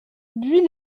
buis